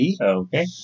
Okay